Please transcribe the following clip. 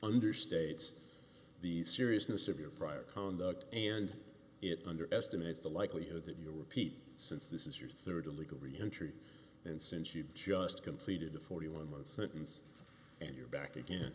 understates the seriousness of your prior conduct and it underestimates the likelihood that you'll repeat since this is your rd illegal reentry and since you've just completed a forty one month sentence and you're back again